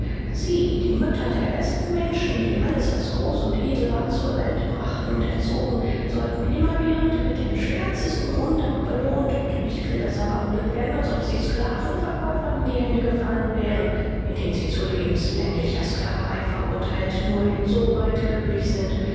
sie die mütter der besten menschen die alles was groß und edel war zur welt brachten und erzogen sollten immerwährend mit dem schwärzesten undank belohnt und nicht viel besser behandelt werden als ob sie seelenverkäufern in die hände gefallen wären indem sie zu lebenslänglicher sclaverei verurtheilt nur in so weit glücklich sind